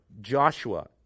Joshua